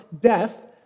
death